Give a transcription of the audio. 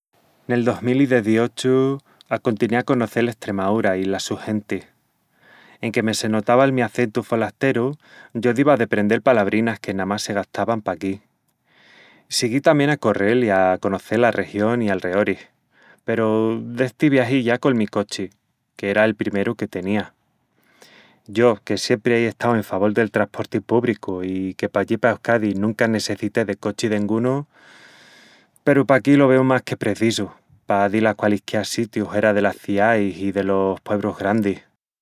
Nel dos mil i deziochu acontiné a conocel Estremaúra i las sus gentis. Enque me se notava'l mi acentu folasteru, yo diva a deprendel palabrinas que namás se gastavan paquí. Siguí tamién a correl i a conocel la región i alreoris, peru d'esti viagi ya col mi cochi, que era el primeru que teniá. Yo, que siempri ei estau en favol del trasporti púbricu i que pallí pa Euskadi nunca nessecité de cochi dengunu... Peru paquí lo veu más que precisu pa dil a qualisquiá sitiu huera delas ciais i delos puebrus grandis.